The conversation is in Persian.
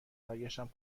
برگشتم